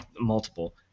multiple